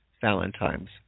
Valentine's